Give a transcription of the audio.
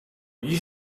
you